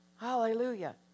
Hallelujah